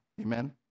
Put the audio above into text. Amen